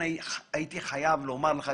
הייתי חייב לומר לך,